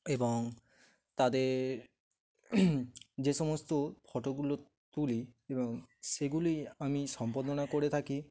এবং তাদের যে সমস্ত ফটোগুলো তুলি এবং সেগুলিই আমি সম্পাদনা করে থাকি